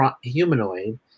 humanoid